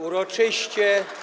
Uroczyście.